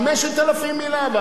5,000 מלה,